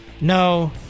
No